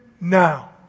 now